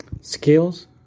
skills